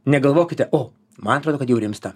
negalvokite o man atrodo kad jau rimsta